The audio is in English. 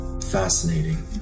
Fascinating